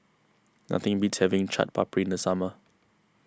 nothing beats having Chaat Papri in the summer